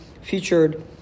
featured